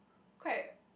quite